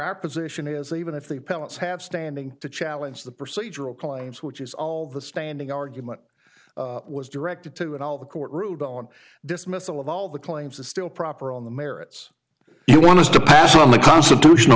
our position is even if the pellets have standing to challenge the procedural claims which is all the standing argument was directed to and all the court ruled on dismissal of all the claims that still proper on the merits you want to pass on the constitutional